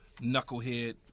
knucklehead